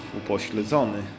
upośledzony